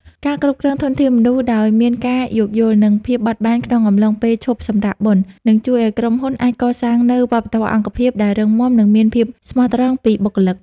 ការគ្រប់គ្រងធនធានមនុស្សដោយមានការយល់យោគ និងភាពបត់បែនក្នុងអំឡុងពេលឈប់សម្រាកបុណ្យ នឹងជួយឱ្យក្រុមហ៊ុនអាចកសាងនូវ "វប្បធម៌អង្គភាព" ដែលរឹងមាំ និងមានភាពស្មោះត្រង់ពីបុគ្គលិក។